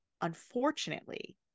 Unfortunately